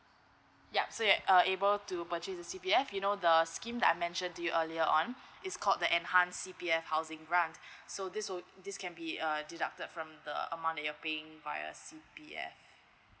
yup so you are able to purchase the C_P_F you know the scheme that I mentioned to you earlier on it's called the enhance C_P_F housing grant so this will this can be err deduct from the amount you are paying via C_P_F